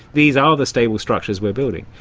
these are the stable structures we are building.